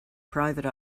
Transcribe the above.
private